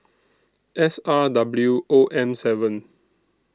S R W O M seven